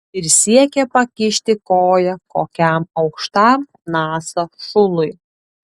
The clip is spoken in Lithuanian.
ir siekia pakišti koją kokiam aukštam nasa šului